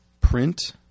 print